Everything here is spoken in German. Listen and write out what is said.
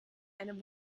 einen